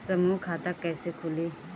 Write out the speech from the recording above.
समूह खाता कैसे खुली?